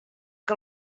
que